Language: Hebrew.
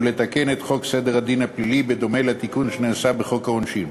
ולתקן את חוק סדר הדין הפלילי בדומה לתיקון שנעשה בחוק העונשין.